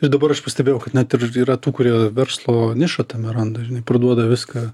ir dabar aš pastebėjau kad net ir yra tų kurie verslo nišą tame randa žinai parduoda viską